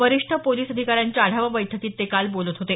वरिष्ठ पोलिस अधिकाऱ्यांच्या आढावा बैठकीत ते काल बोलत होते